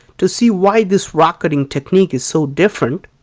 to see why this rock cutting technique is so different,